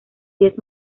diez